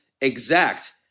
exact